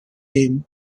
game